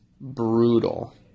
brutal